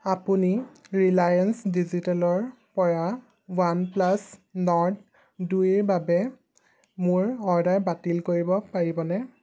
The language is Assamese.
আপুনি ৰিলায়েন্স ডিজিটেলৰপৰা ৱানপ্লাছ নৰ্ড দুইৰ বাবে মোৰ অৰ্ডাৰ বাতিল কৰিব পাৰিবনে